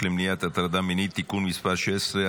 למניעת הטרדה מינית (תיקון מס' 16),